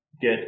get